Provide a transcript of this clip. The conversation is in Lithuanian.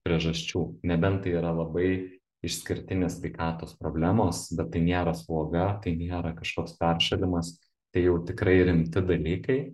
priežasčių nebent tai yra labai išskirtinės sveikatos problemos bet tai nėra sloga tai nėra kažkoks peršalimas tai jau tikrai rimti dalykai